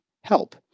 help